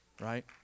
right